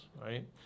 right